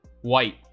white